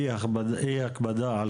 אי הקפדה על